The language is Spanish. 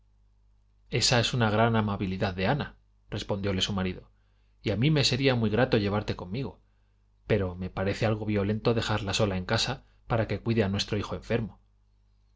esa es una gran amabilidad de anarespondióle su marido y a mí me sería muy grato llevarte conmigo pero me parece algo violento dejarla sola en casa para que cuide a nuestro hijo enfermo